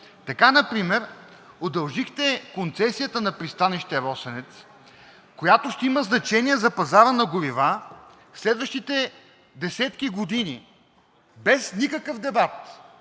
Така например удължихте концесията на пристанище „Росенец“, която ще има значение за пазара на горива в следващите десетки години, без никакъв дебат,